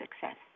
success